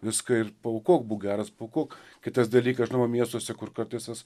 viską ir paaukok būk geras paaukok kitas dalykas žinoma miestuose kur kartais tas